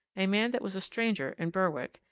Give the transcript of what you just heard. a man that was a stranger in berwick,